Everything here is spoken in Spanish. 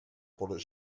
por